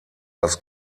das